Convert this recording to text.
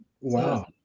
Wow